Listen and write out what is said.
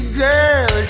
girl